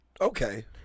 Okay